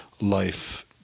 life